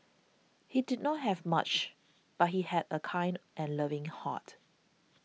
he did not have much but he had a kind and loving heart